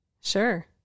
Sure